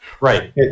Right